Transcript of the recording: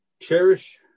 cherish